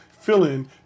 fill-in